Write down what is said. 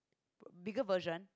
bigger version